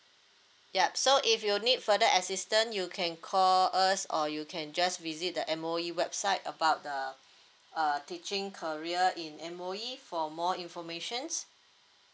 yup so if you need further assistance you can call us or you can just visit the M_O_E website about the uh teaching career in M_O_E for more information